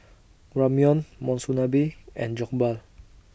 Ramyeon Monsunabe and Jokbal